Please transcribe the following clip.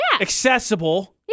accessible